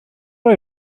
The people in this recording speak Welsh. roi